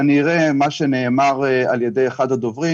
כנראה מה שנאמר על ידי אחד הדוברים,